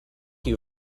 you